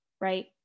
right